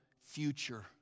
future